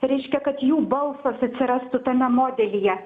reiškia kad jų balsas atsirastų tame modelyje